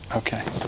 okay.